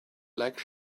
like